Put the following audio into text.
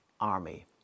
army